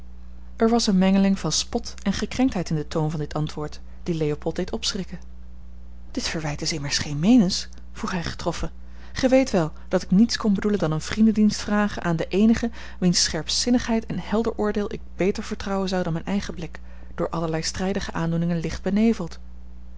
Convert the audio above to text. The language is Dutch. er was eene mengeling van spot en gekrenktheid in den toon van dit antwoord die leopold deed opschrikken dit verwijt is immers geen meenens vroeg hij getroffen gij weet wel dat ik niets kon bedoelen dan een vriendendienst vragen aan den eenige wiens scherpzinnigheid en helder oordeel ik beter vertrouwen zou dan mijn eigen blik door allerlei strijdige aandoeningen licht beneveld